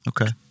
Okay